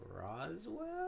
Roswell